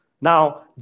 Now